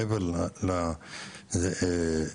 מעבר לכך,